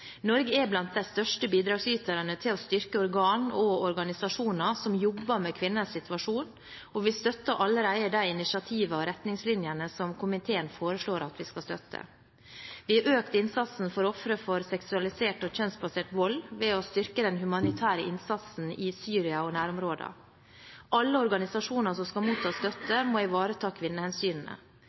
Norge er blant de største bidragsyterne til å styrke organ og organisasjoner som jobber med kvinners situasjon, og vi støtter allerede de initiativene og retningslinjene som komiteen foreslår at vi skal støtte. Vi har økt innsatsen for ofre for seksualisert og kjønnsbasert vold ved å styrke den humanitære innsatsen i Syria og i nærområdene. Alle organisasjoner som skal motta støtte, må ivareta kvinnehensynene.